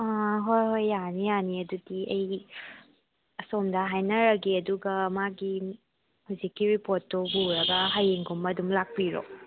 ꯑꯥ ꯍꯣꯏ ꯍꯣꯏ ꯌꯥꯅꯤ ꯌꯥꯅꯤ ꯑꯗꯨꯗꯤ ꯑꯩ ꯑꯁꯣꯝꯗ ꯍꯥꯏꯅꯔꯒꯦ ꯑꯗꯨꯒ ꯃꯥꯒꯤ ꯍꯧꯖꯤꯛꯀꯤ ꯔꯤꯄꯣꯠꯇꯣ ꯄꯨꯔꯒ ꯍꯌꯦꯡꯒꯨꯝꯕ ꯑꯗꯨꯝ ꯂꯥꯛꯄꯤꯔꯣ